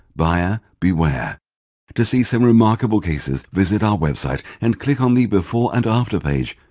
buyer beware to see some remarkable cases visit our web site and click on the before and after page.